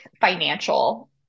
financial